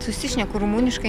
susišneku rumuniškai